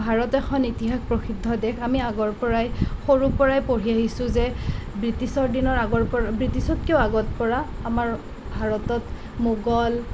ভাৰত এখন ইতিহাস প্ৰসিদ্ধ দেশ আমি আগৰ পৰাই সৰুৰ পৰাই পঢ়ি আহিছোঁ যে ব্ৰিটিছৰ দিনৰ আগৰ পৰাই ব্ৰিটিছতকেও আগৰ পৰা আমাৰ ভাৰতত মোগল